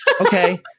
Okay